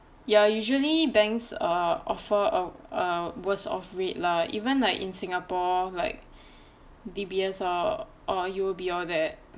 ya usually banks err offer a err worse off rate lah even like in singapore like D_B_S or U_O_B all that